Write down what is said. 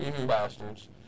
Bastards